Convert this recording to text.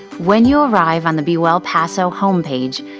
when you arrive on the be well paso home page,